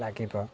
লাগিব